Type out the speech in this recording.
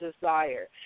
desire